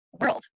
world